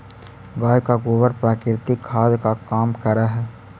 गाय का गोबर प्राकृतिक खाद का काम करअ हई